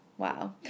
Wow